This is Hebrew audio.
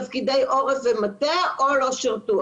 תפקידי עורף ומטה, או לא שירתו.